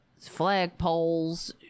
flagpoles